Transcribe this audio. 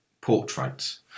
portraits